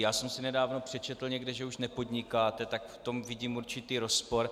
Já jsem si nedávno přečetl někde, že už nepodnikáte, takže v tom vidím určitý rozpor.